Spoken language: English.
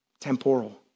temporal